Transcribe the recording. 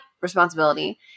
responsibility